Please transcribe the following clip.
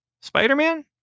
Spider-Man